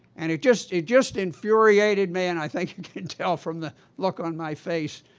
and it just it just infuriated me, and i think you can tell from the look on my face,